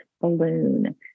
balloon